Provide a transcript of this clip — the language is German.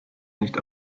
nicht